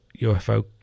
UFO